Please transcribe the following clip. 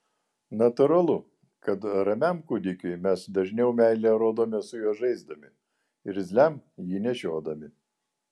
natūralu kad ramiam kūdikiui mes dažniau meilę rodome su juo žaisdami irzliam jį nešiodami